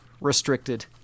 restricted